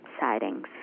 sightings